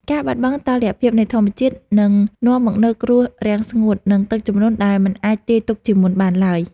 ការបាត់បង់តុល្យភាពនៃធម្មជាតិនឹងនាំមកនូវគ្រោះរាំងស្ងួត និងទឹកជំនន់ដែលមិនអាចទាយទុកជាមុនបានឡើយ។